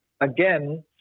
again